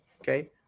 Okay